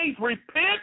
repent